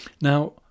Now